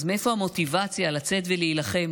אז מאיפה המוטיבציה לצאת ולהילחם